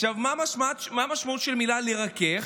עכשיו מה המשמעות של המילה לרכך?